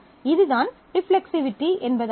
இதுதான் ரிஃப்ளெக்ஸிவிட்டி என்பதாகும்